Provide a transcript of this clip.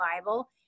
Bible